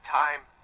time